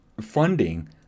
funding